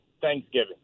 Thanksgiving